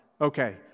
okay